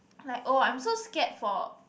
like oh I'm so scared for